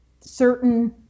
certain